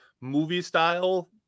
movie-style